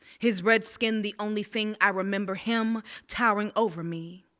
his red skin the only thing i remember. him towering over me,